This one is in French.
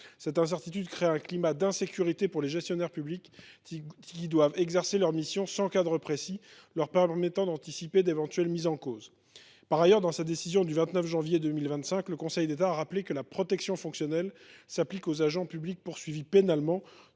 Cette incertitude crée un climat d’insécurité pour les gestionnaires publics, qui doivent exercer leurs missions sans cadre précis leur permettant d’anticiper d’éventuelles mises en cause. Par ailleurs, dans sa décision du 29 janvier 2025, le Conseil d’État a rappelé que la protection fonctionnelle s’appliquait aux agents publics poursuivis pénalement.